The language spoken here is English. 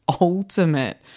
ultimate